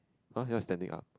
all here standing up